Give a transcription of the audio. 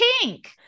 pink